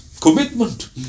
Commitment